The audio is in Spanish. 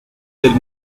del